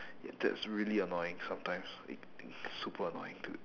that's really annoying sometimes eh super annoying dude